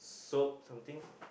soap something